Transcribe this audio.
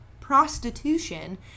prostitution